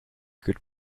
good